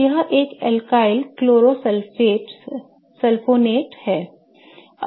तो यह एक अल्किल क्लोरो सल्फोनेट है